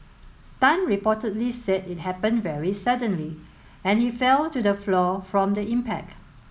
Tan reportedly said it happened very suddenly and he fell to the floor from the impact